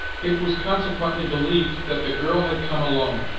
it was consequently believed that the girl had come alone,